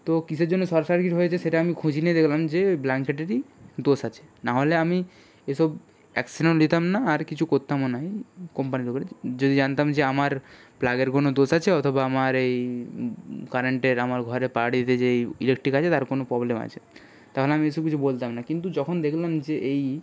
তো কীসের জন্য শর্ট সার্কিট হয়েছে সেটা আমি খোঁজ নিয়ে দেখলাম যে ব্ল্যাঙ্কেটেরই দোষ আছে নাহলে আমি এসব অ্যাকশানও নিতাম না আর কিছু করতামও না কোম্পানির ওপরে যদি জানতাম যে আমার প্লাগের কোনো দোষ আছে অথবা আমার এই কারেন্টের আমার ঘরে বাড়িতে যেই ইলেকটিক আছে তার কোনো প্রবলেম আছে তাহলে আমি এসব কিছু বলতাম না কিন্তু যখন দেখলাম যে এই